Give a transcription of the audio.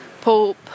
Pulp